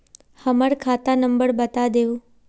हमर खाता नंबर बता देहु?